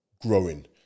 growing